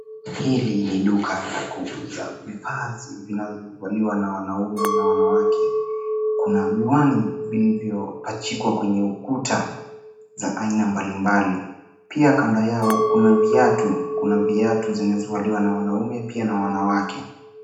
Hili ni duka la kuuza mavazi zinazovaliwa na wanaume na wanawake. Kuna miwani vilivyopachikwa kwenye ukuta za aina mbalimbali pia kando yao kuna viatu. Kuna viatu zinazovaliwa na wanaume, pia na wanawake.